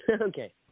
Okay